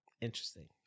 interesting